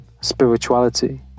spirituality